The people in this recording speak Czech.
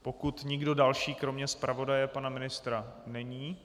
Pokud nikdo další kromě zpravodaje pana ministra není...